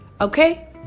okay